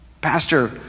Pastor